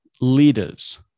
leaders